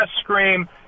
scream